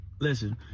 listen